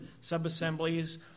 sub-assemblies